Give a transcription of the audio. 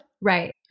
right